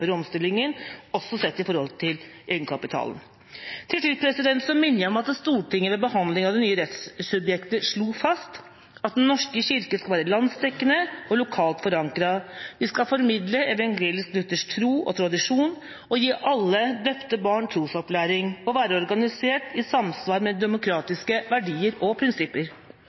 gjennomføre omstillingen, også sett i forhold til egenkapitalen. Til slutt minner jeg om at Stortinget ved behandling av det nye rettssubjektet slo fast at Den norske kirke skal være landsdekkende og lokalt forankret. Vi skal formidle evangelisk-luthersk tro og tradisjon, gi alle døpte barn trosopplæring og være organisert i samsvar med demokratiske verdier og prinsipper.